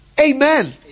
Amen